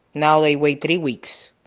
now they wait three weeks,